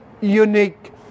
unique